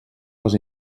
les